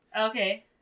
okay